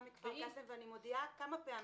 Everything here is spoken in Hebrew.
אני מודיעה כמה פעמים,